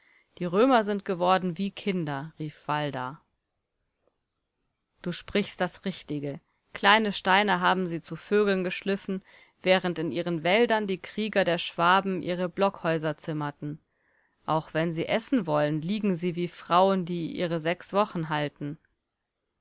die römer sind geworden wie kinder rief valda du sprichst das richtige kleine steine haben sie zu vögeln geschliffen während in ihren wäldern die krieger der schwaben ihre blockhäuser zimmerten auch wenn sie essen wollen liegen sie wie frauen die ihre sechswochen halten